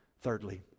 Thirdly